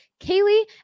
Kaylee